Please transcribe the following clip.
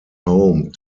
home